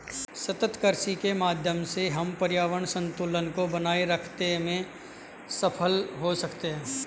सतत कृषि के माध्यम से हम पर्यावरण संतुलन को बनाए रखते में सफल हो सकते हैं